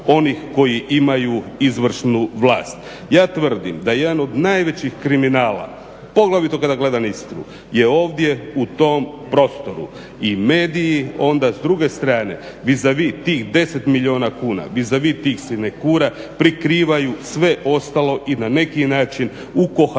oni koji imaju izvršnu vlast. Ja tvrdim da jedan od najvećih kriminala, poglavito kada gledam Istru, je ovdje u tom prostoru i mediji onda s druge strane vis a vis tih 10 milijuna kuna, vis a vis tih sinekura prikrivaju sve ostalo i na neki način u kohabitaciji